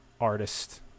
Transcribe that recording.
artist